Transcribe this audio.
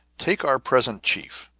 take our present chief,